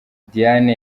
diane